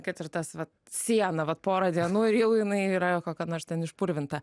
kad ir tas vat siena vat porą dienų ir jau jinai yra kokia nors ten išpurvinta